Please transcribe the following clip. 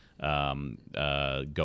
Go